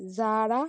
জারা